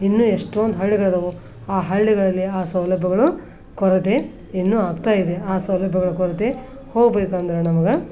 ಇನ್ನೂ ಎಷ್ಟೊಂದು ಹಳ್ಳಿಗಳಿದವೆ ಆ ಹಳ್ಳಿಗಳಲ್ಲಿ ಆ ಸೌಲಭ್ಯಗಳು ಕೊರತೆ ಇನ್ನೂ ಆಗ್ತಾ ಇದೆ ಆ ಸೌಲಭ್ಯಗಳ ಕೊರತೆ ಹೋಗ್ಬೇಕಂದ್ರೆ ನಮ್ಗೆ